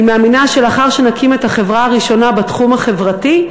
אני מאמינה שלאחר שנקים את החברה הראשונה בתחום החברתי,